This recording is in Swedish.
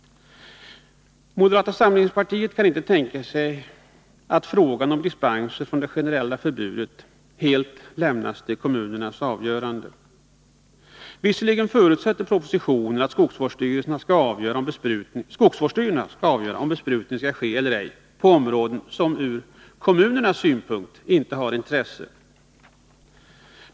Moderata samlingspartiet kan inte tänka sig att frågan om dispenser från det generella förbudet helt lämnas till kommunernas avgörande. Visserligen förutsätter propositionen att skogsvårdsstyrelserna skall avgöra om besprutning skall ske eller ej på områden som ur kommunernas synpunkt inte är av intresse.